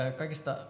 Kaikista